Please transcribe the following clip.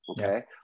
okay